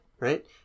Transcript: Right